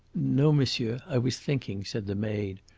no, monsieur. i was thinking, said the maid,